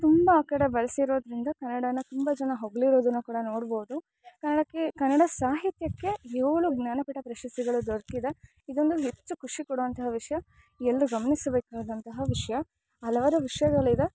ತುಂಬ ಆ ಕಡೆ ಬಳಸಿರೋದ್ರಿಂದ ಕನ್ನಡನ ತುಂಬ ಜನ ಹೊಗಳಿರೋದನ್ನ ಕೂಡ ನೋಡ್ಬೌದು ಕನ್ನಡಕ್ಕೆ ಕನ್ನಡ ಸಾಹಿತ್ಯಕ್ಕೆ ಏಳು ಜ್ಞಾನಪೀಠ ಪ್ರಶಸ್ತಿಗಳು ದೊರಕಿದೆ ಇದೊಂದು ಹೆಚ್ಚು ಖುಷಿ ಕೊಡೊಅಂಥ ವಿಷಯ ಎಲ್ಲರು ಗಮನಿಸಬೇಕಾದಂತಹ ವಿಷಯ ಹಲವಾರು ವಿಷಯಗಳಿವೆ